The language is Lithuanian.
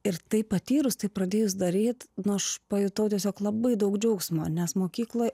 ir tai patyrus tai pradėjus daryt nu aš pajutau tiesiog labai daug džiaugsmo nes mokykloj